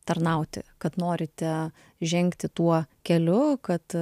tarnauti kad norite žengti tuo keliu kad